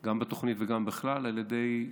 גם בתוכנית וגם בכלל, על ידי האב,